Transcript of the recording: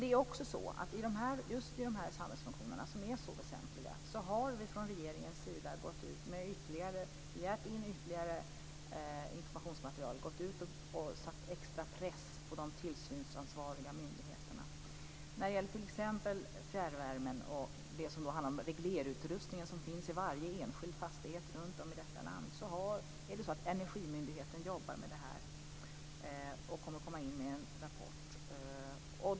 Men just i dessa samhällsfunktioner som är så väsentliga har vi från regeringens sida begärt in ytterligare informationsmaterial och satt extra press på de tillsynsansvariga myndigheterna. Energimyndigheten jobbar t.ex. med fjärrvärmen och det som handlar om reglerutrustningen, som finns i varje enskild fastighet runtom i detta land, och skall komma in med en rapport.